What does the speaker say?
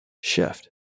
shift